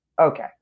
okay